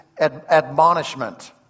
admonishment